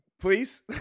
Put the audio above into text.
Please